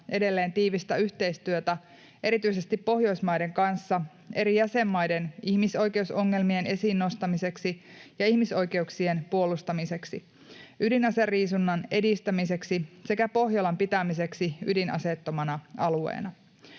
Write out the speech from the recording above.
edelleen tiivistä yhteistyötä erityisesti Pohjoismaiden kanssa eri jäsenmaiden ihmisoikeusongelmien esiin nostamiseksi ja ihmisoikeuksien puolustamiseksi, ydinaseriisunnan edistämiseksi sekä Pohjolan pitämiseksi ydinaseettomana alueena.